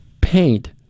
paint